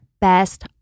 best